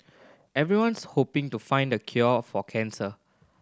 everyone's hoping to find the cure for cancer